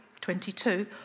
22